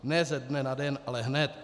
Ne ze dne na den, ale hned.